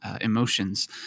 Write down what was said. Emotions